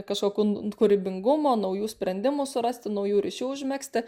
kažkokių kūrybingumo naujų sprendimų surasti naujų ryšių užmegzti